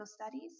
studies